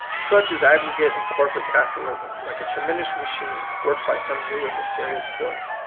such is aggregate and corporate capi talism, like a tremendous machine worked by some new and mysterious force.